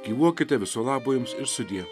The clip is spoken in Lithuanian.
gyvuokite viso labo jums ir sudie